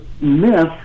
myth